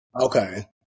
Okay